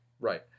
Right